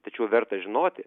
tačiau verta žinoti